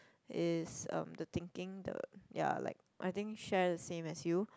is um the thinking the ya like I think share the same as you